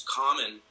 common